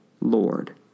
Lord